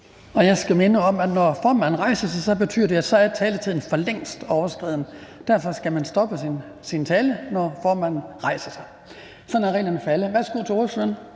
Jeg skal minde om, at når formanden rejser sig, betyder det, at så er taletiden for længst overskredet. Derfor skal man stoppe sin tale, når formanden rejser sig. Sådan er reglerne for alle. Værsgo til